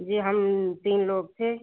जी हम तीन लोग थे